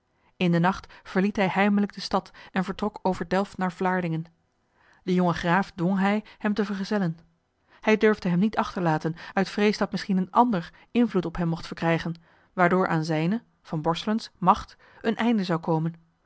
in den nacht verliet hij heimelijk de stad en vertrok over delft naar vlaardingen den jongen graaf dwong hij hem te vergezellen hij durfde hem niet achterlaten uit vrees dat misschien een ander invloed op hem mocht verkrijgen waardoor aan zijne van borselens macht een einde zou komen